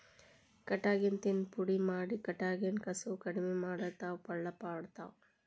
ಕಟಗಿನ ತಿಂದ ಪುಡಿ ಮಾಡಿ ಕಟಗ್ಯಾನ ಕಸುವ ಕಡಮಿ ಮಾಡತಾವ ಪಳ್ಳ ಮಾಡತಾವ